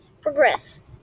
progress